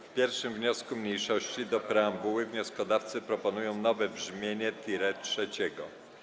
W 1. wniosku mniejszości do preambuły wnioskodawcy proponują nowe brzmienie tiret trzeciego.